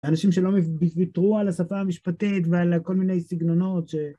לאנשים שלא וויתרו על השפה המשפטית ועל כל מיני סגנונות ש...